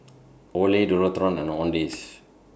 Olay Dualtron and Owndays